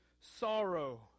sorrow